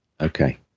Okay